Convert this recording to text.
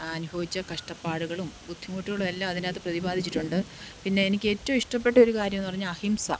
അനുഫവിച്ച കഷ്ടപ്പാടുകളും ബുദ്ധിമുട്ടുകളും എല്ലാം അതിനകത്ത് പ്രതിപാദിച്ചിട്ടുണ്ട് പിന്നെ എനിക്ക് ഏറ്റവും ഇഷ്ടപ്പെട്ട ഒരു കാര്യം എന്ന് പറഞ്ഞാൽ അഹിംസ